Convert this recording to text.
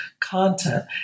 content